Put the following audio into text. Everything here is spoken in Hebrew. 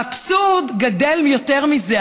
האבסורד הוא יותר מזה,